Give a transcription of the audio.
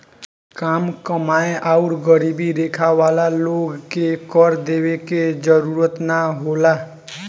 काम कमाएं आउर गरीबी रेखा वाला लोग के कर देवे के जरूरत ना होला